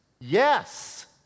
Yes